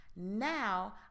Now